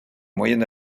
moyenne